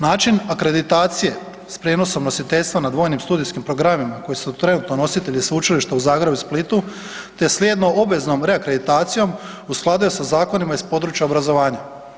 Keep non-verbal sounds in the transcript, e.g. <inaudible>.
Način akreditacije s prijenosom nositeljstva nad svojim studijskim programima koji su trenutno nositelji Sveučilišta u Zagrebu i Splitu te ... <unintelligible> obveznom reakreditacijom, u skladu je sa zakonima iz područja obrazovanja.